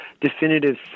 definitive